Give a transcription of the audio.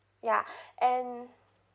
ya and